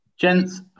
Gents